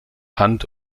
hunt